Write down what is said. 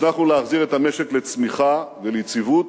הצלחנו להחזיר את המשק לצמיחה וליציבות,